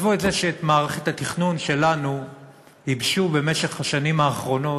עזבו את זה שאת מערכת התכנון שלנו ייבשו במשך השנים האחרונות.